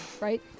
Right